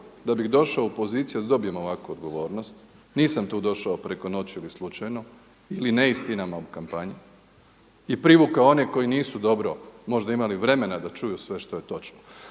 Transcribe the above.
da bih došao u poziciju da dobijem ovakvu odgovornost. Nisam tu došao preko noći ili slučajno ili neistinama u kampanji i privukao one koji nisu dobro možda imali vremena da čuju sve što je točno.